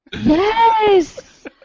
Yes